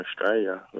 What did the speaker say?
Australia